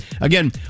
Again